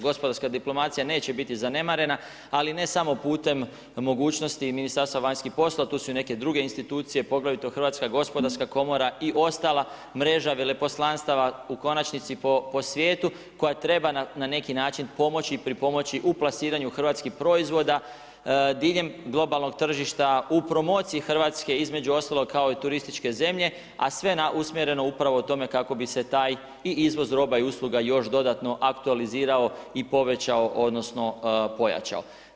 Gospodarska diplomacija neće biti zanemarena ali ne samo putem mogućnosti Ministarstva vanjskih poslova, tu su i nek druge institucije, poglavito Hrvatska gospodarska komora i ostala mreža veleposlanstava u konačnici po svijetu koja treba na neki način pomoći i pripomoći u plasiranju hrvatskih proizvoda diljem globalnog tržišta u promociji Hrvatske između ostalog kao i turističke zemlje a sve usmjereno upravo k tome kako bi se taj i izvoz i roba i usluga još dodatno aktualizirao i povećao odnosno pojačao.